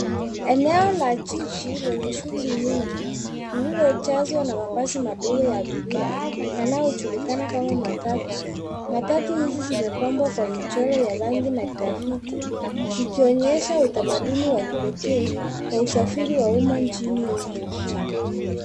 Eneo la jiji lenye shuguli nyingi lililojazwa na mabasi madogo ya abiria yanayojulikana kama matatu. Matatu hizi zimepambwa kwa michoro ya rangi na grafiti zikionyehsa utamaduni wa kipekee kwa usafiri wa umma nchini humu.